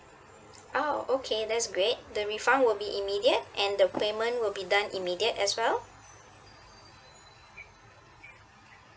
oh okay that's great the refund will be immediate and the payment will be done immediate as well